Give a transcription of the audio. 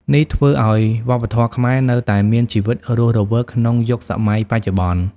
នេះធ្វើឲ្យវប្បធម៌ខ្មែរនៅតែមានជីវិតរស់រវើកក្នុងយុគសម័យបច្ចុប្បន្ន។